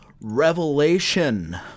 Revelation